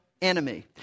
enemy